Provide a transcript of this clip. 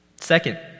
Second